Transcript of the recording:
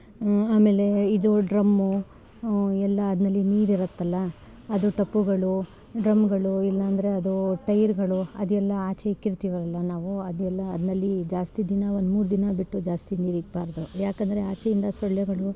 ಆಮೇಲೆ ಇದು ಡ್ರಮ್ಮು ಎಲ್ಲ ಅದ್ರಲ್ಲಿ ನೀರು ಇರುತ್ತಲ್ಲ ಅದು ಟಪ್ಪುಗಳು ಡ್ರಮ್ಗಳು ಇಲ್ಲಾಂದ್ರೆ ಅದು ಟೈರ್ಗಳು ಅದೆಲ್ಲ ಆಚೆ ಇಟ್ಟಿರ್ತಿವಲ್ವ ನಾವು ಅದೆಲ್ಲ ಅದರಲ್ಲಿ ಜಾಸ್ತಿ ದಿನ ಒಂದು ಮೂರು ದಿನ ಬಿಟ್ಟು ಜಾಸ್ತಿ ನೀರು ಇಕ್ಬಾರ್ದು ಏಕೆಂದ್ರೆ ಆಚೆಯಿಂದ ಸೊಳ್ಳೆಗಳು